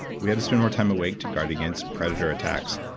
we had to spend more time awake to guard against predator attacks,